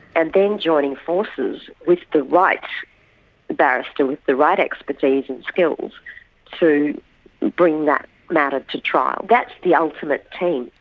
and then joining forces with the right barrister with the right expertise and skills to bring that matter to trial. that's the ultimate team.